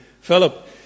Philip